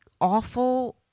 awful